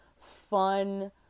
fun